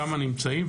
שם נמצאים,